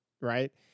Right